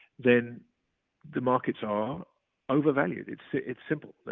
then the markets are overvalued. it's ah it's simple.